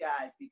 guys